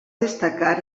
destacar